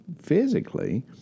physically